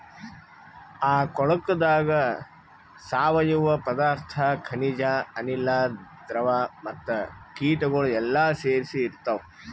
ಆ ಕೊಳುಕದಾಗ್ ಸಾವಯವ ಪದಾರ್ಥ, ಖನಿಜ, ಅನಿಲ, ದ್ರವ ಮತ್ತ ಕೀಟಗೊಳ್ ಎಲ್ಲಾ ಸೇರಿಸಿ ಇರ್ತಾವ್